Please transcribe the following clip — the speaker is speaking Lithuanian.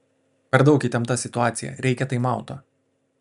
per daug įtempta situacija reikia taimauto